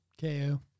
KO